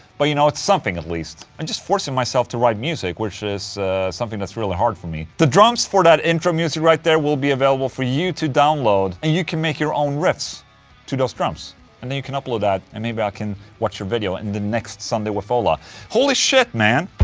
but you know, it's something at least i'm and just forcing myself to write music which is something that's really hard for me the drums for that intro music right there will be available for you to download and you can make your own riffs to those drums and then you can upload that and maybe i can watch your video in the next sunday with ola holy shit, man